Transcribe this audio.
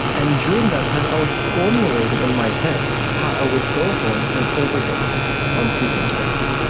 and during that time i was formulating in my head how i would go home and overdose on sleeping pills.